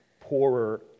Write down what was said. poorer